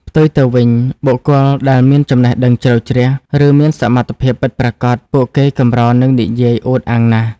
ផ្ទុយទៅវិញ បុគ្គលដែលមានចំណេះដឹងជ្រៅជ្រះ ឬមានសមត្ថភាពពិតប្រាកដ ពួកគេកម្រនឹងនិយាយអួតអាងណាស់។